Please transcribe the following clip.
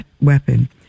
weapon